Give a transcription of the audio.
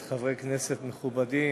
שרים, חברי כנסת מכובדים,